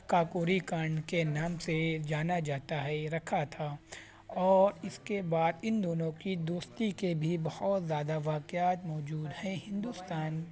کاکوری کانڈ کے نام سے جانا جاتا ہے رکھا تھا اور اس کے بعد ان دونوں کی دوستی کے بھی بہت زیادہ واقعات موجود ہیں ہندوستان